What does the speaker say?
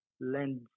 lend